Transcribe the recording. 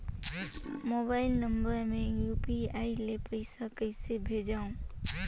Mobile number मे UPI ले पइसा कइसे भेजवं?